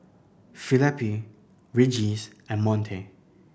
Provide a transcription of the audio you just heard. Felipe Regis and Monte